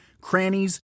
crannies